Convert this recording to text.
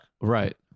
Right